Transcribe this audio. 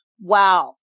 Wow